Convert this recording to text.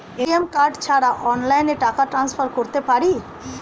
ATM card ছাড়া অনলাইনে টাকা টান্সফার করতে পারি?